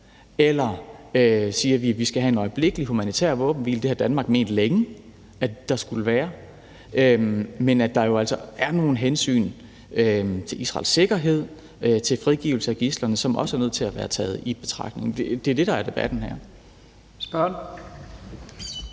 om vi siger, at vi skal have en øjeblikkelig humanitær våbenhvile – det har Danmark ment længe at der skulle være – men at der jo altså er nogle hensyn til Israels sikkerhed og til frigivelse af gidslerne, som også er nødt til at være taget i betragtning. Det er det, der er debatten her. Kl.